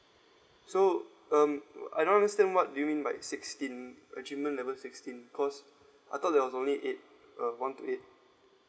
so um I don't understand what do you mean by sixteen achievement level sixteen cause I thought there was only eight uh one to eight